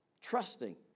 trusting